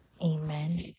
amen